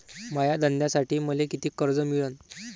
माया धंद्यासाठी मले कितीक कर्ज मिळनं?